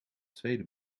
tweede